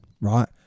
Right